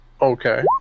okay